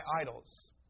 idols